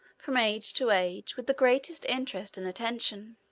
from age to age, with the greatest interest and attention.